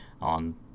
on